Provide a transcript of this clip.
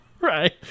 right